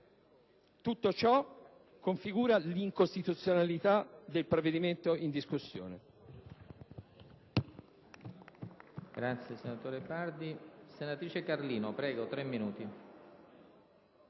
Tutto ciò configura l'incostituzionalità del provvedimento in discussione.